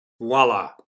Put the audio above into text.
Voila